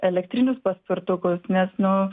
elektrinius paspirtukus nes nu